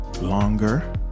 longer